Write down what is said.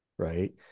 Right